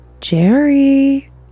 Jerry